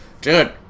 dude